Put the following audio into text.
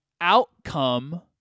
outcome